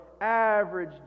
Average